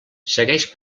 segueix